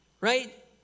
Right